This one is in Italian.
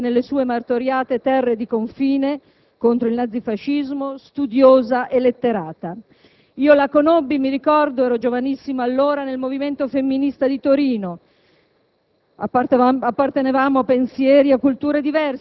Nipote di Sibilla Aleramo, partigiana combattente nelle sue martoriate terre di confine contro il nazifascismo, studiosa e letterata. Io la conobbi - lo ricordo, anche se allora ero giovanissima - nel movimento femminista di Torino.